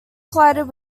collided